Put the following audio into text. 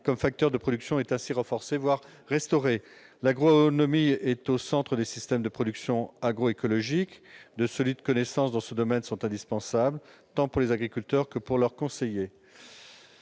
comme facteur de production en sort renforcé, voire restauré. L'agronomie est au centre des systèmes de production agroécologique. De solides connaissances dans ce domaine sont indispensables, tant pour les agriculteurs que pour leurs conseillers.